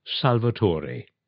Salvatore